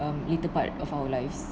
um later part of our lives